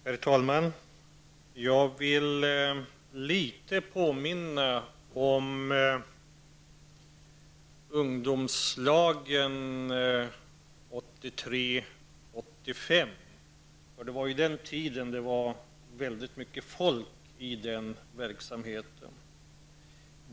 Herr talman! Jag vill påminna om ungdomslagen 1983--1985. Vid den tiden var det väldigt mycket folk i denna verksamhet.